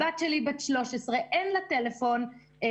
הבת שלי בת 13. אין לה טלפון חכם,